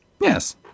Yes